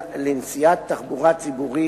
לנסיעת תחבורה ציבורית.